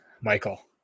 Michael